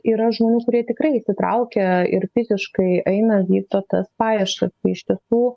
jei bet yra žmonių kurie tikrai įsitraukia ir fiziškai eina vykdo tas paieškas iš tiesų